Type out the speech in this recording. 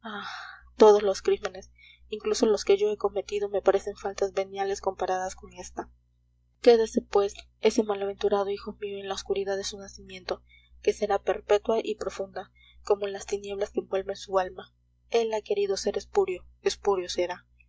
todos los crímenes incluso los que yo he cometido me parecen faltas veniales comparadas con esta quédese pues ese malaventurado hijo mío en la oscuridad de su nacimiento que será perpetua y profunda como las tinieblas que envuelven su alma él ha querido ser espúreo espúreo será